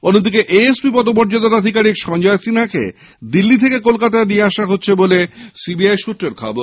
অন্যদিকে এ এসপি পদমর্যাদার আধিকারিক সঞ্জয় সিনহাকে দিল্লি থেকে কলকাতায় নিয়ে আসা হচ্ছে বলে সিবি আই সৃত্রে খবর